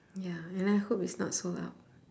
ya and I hope it's not sold out